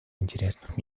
интересных